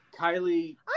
Kylie